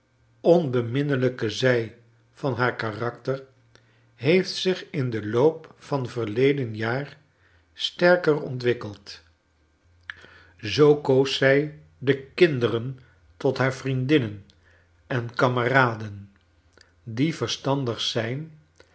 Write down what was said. onbeminnelijke zij van haar karakter heeft zich in den loop van verleden jaar ster ker ontwikkeld zoo koos zij die kinderen tot haar vriendinnen en kameraden die verstandig zijn